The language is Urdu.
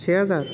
چھ ہزار